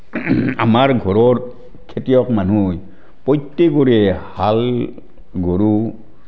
আমাৰ ঘৰৰ খেতিয়ক মানুহ হয় প্ৰত্যেকৰে হাল গৰু